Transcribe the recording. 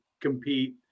compete